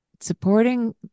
supporting